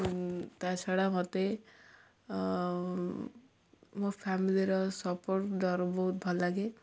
ତା' ଛଡ଼ା ମୋତେ ମୋ ଫ୍ୟାମିଲିର ସପୋର୍ଟ ଦର ବହୁତ ଭଲଲାଗେ